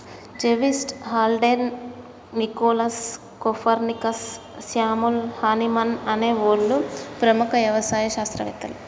జెవిస్, Haldane, Nicholas, Copernicus, Samuel Hahnemann అనే ఓళ్ళు ప్రముఖ యవసాయ శాస్త్రవేతలు